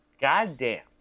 goddamn